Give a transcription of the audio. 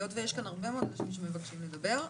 היות שיש כאן הרבה אנשים שמבקשים לדבר,